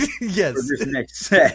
Yes